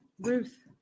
Ruth